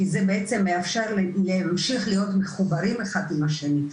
כי זה בעצם מאפשר להמשיך להיות מחוברים אחד עם השני,